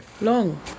Long